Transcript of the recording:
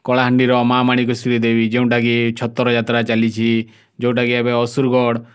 କଳାହାଣ୍ଡିର ମା ମାଣିକେଶ୍ୱରୀ ଦେବୀ ଯେଉଁଟା କି ଛତ୍ର ଯାତ୍ରା ଚାଲିଛି ଯେଉଁଟା କି ଏବେ ଅସୁରଗଡ଼